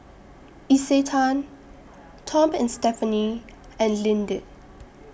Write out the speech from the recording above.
Isetan Tom and Stephanie and Lindt